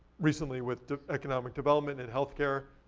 recently with economic development and healthcare,